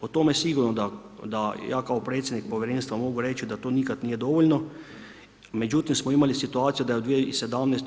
O tome sigurno da ja kao predsjednik povjerenstva mogu reći da to nikad nije dovoljno međutim smo imali situaciju da je u 2017.